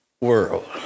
world